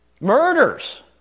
Murders